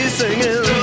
singing